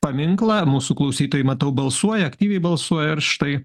paminklą mūsų klausytojai matau balsuoja aktyviai balsuoja ir štai